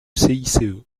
cice